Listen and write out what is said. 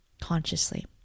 consciously